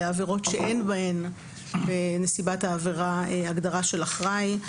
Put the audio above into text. שאלה עבירות שאין בהן בנסיבת עבירה הגדרה של אחראי.